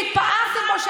שהתפארתם בו,